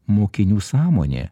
mokinių sąmonė